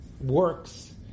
works